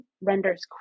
renders